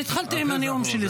אני התחלתי עם הנאום שלי.